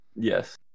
Yes